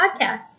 Podcast